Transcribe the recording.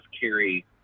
carry